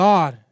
God